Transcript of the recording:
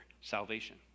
Salvation